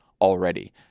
already